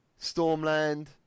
Stormland